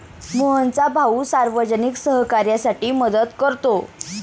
मोहनचा भाऊ सार्वजनिक सहकार्यासाठी मदत करतो